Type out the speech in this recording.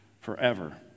forever